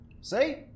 See